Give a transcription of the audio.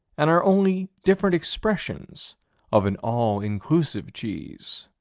and are only different expressions of an all-inclusive cheese.